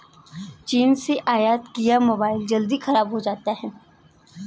चीन से आयत किया मोबाइल जल्दी खराब हो जाता है